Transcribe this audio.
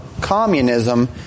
communism